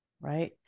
right